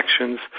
actions